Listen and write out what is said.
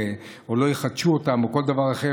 או לא יחדשו אותם או כל דבר אחר,